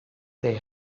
they